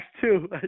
two